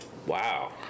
Wow